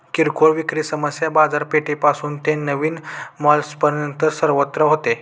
किरकोळ विक्री सामान्य बाजारपेठेपासून ते नवीन मॉल्सपर्यंत सर्वत्र होते